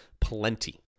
plenty